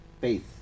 faith